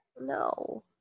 No